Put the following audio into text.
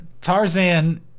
Tarzan